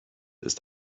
ist